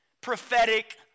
prophetic